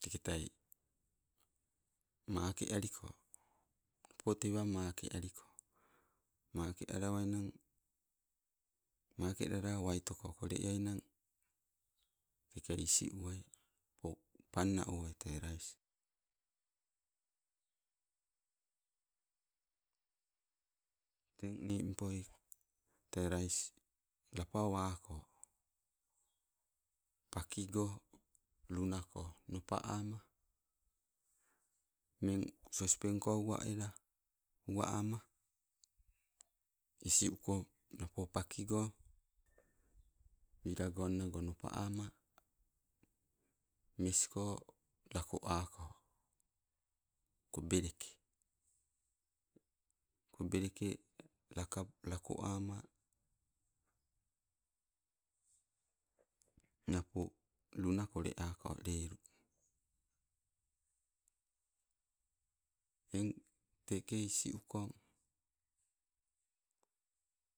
teketa make aliko, napo tewa makee aliko, makee alawainang, makelalala aitoko ole eainang. Teke isiuwa napo panna owai tee rais. Teng nimpoi tee rais lapawako, pakigo luunako nopa ama, mmeng sospenko uwa ela, uwa ama isi uko napo pakigo, wila gomago nopa amma mesko lako ako kobeleke. Kobeleke laka, lakoama, napo luna kole ako lelu. Eng teke isiukong